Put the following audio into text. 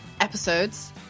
episodes